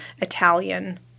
Italian